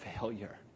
failure